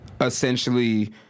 essentially